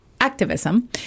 activism